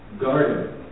garden